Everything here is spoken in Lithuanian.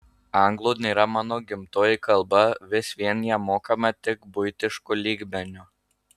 anglų nėra mano gimtoji kalba vis vien ją mokame tik buitišku lygmeniu